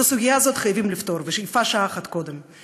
את הסוגיה הזאת חייבים לפתור, ויפה שעה אחת קודם.